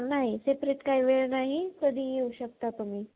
नाही सेपरेट काय वेळ नाही कधीही येऊ शकता तुम्ही